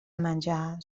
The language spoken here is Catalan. menjar